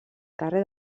carrer